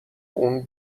اون